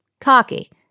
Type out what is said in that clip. Cocky